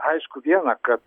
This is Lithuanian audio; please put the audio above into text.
aišku viena kad